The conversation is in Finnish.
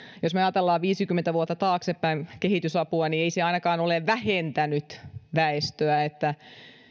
jos me ajattelemme viisikymmentä vuotta taaksepäin kehitysapua niin ei se ainakaan ole vähentänyt väestöä